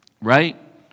right